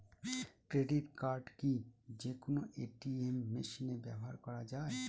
Credit card কি যে কোনো এ.টি.এম মেশিনে ব্যবহার করা য়ায়?